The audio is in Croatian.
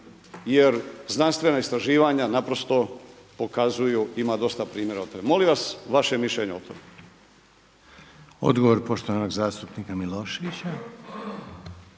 jer znanstvena istraživanja naprosto pokazuju ima dosta primjera … Molim vas vaše mišljenje o tome. **Reiner, Željko (HDZ)** Odgovor poštovanog zastupnika Miloševića.